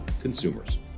consumers